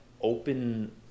open